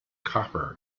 copper